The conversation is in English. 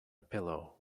pillow